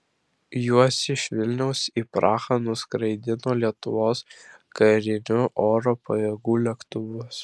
juos iš vilniaus į prahą nuskraidino lietuvos karinių oro pajėgų lėktuvas